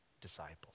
disciples